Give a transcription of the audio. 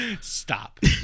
Stop